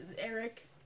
Eric